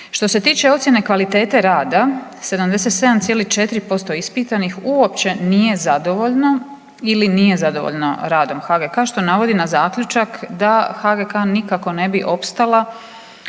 Što se tiče ocjene kvalitete rada 77,4% ispitanih uopće nije zadovoljno ili nije zadovoljno radom HGK što navodi na zaključak da HGK nikako ne bi opstala